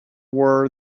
were